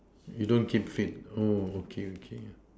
you don't keep fit okay okay